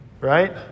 right